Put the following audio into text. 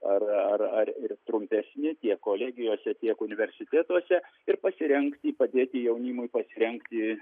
ar ar ar ir trumpesni tiek kolegijose tiek universitetuose ir pasirengti padėti jaunimui pasirengti